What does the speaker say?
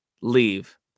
leave